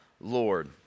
Lord